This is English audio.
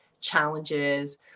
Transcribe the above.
challenges